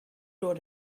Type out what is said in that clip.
door